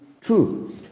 true